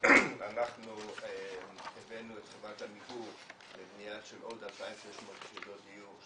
אנחנו הבאנו את חברת עמיגור לבנייה של עוד 2,600 יחידות דיור,